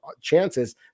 chances